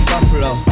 Buffalo